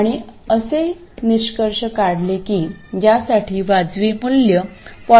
आणि असे निष्कर्ष काढले की यासाठी वाजवी मूल्य ०